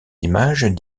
images